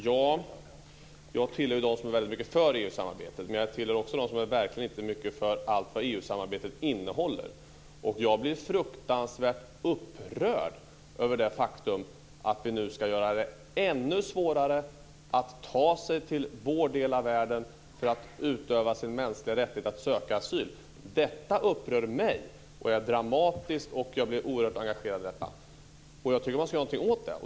Jag tillhör dem som är väldigt mycket för EU-samarbetet, men jag tillhör också dem som verkligen inte är mycket för allt vad EU-samarbetet innehåller. Jag blir fruktansvärt upprörd över det faktum att vi nu ska göra det ännu svårare att ta sig till vår del av världen för att utöva sin mänskliga rättighet att söka asyl. Detta upprör mig. Det är dramatiskt, och jag blir oerhört engagerad i detta. Jag tycker att man ska göra någonting åt det.